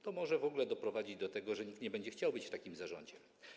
To może w ogóle doprowadzić do tego, że nikt nie będzie chciał być w takim zarządzie.